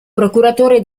procuratore